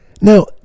Now